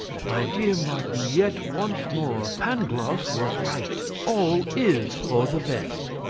my dear martin, yet once more pangloss was right all is for the best.